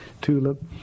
tulip